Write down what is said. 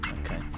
Okay